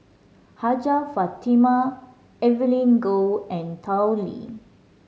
Hajjah Fatimah Evelyn Goh and Tao Li